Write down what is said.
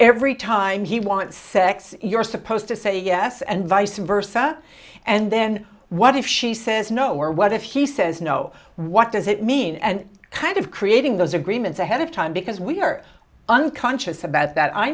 every time he wants sex you're supposed to say yes and vice versa and then what if she says no or what if he says no what does it mean and kind of creating those agreements ahead of time because we're unconscious about that i